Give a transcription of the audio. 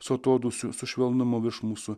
su atodūsiu su švelnumu virš mūsų